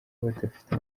badafite